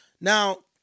Now